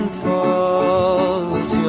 falls